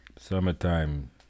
Summertime